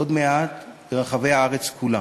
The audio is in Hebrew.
עוד מעט ברחבי הארץ כולה.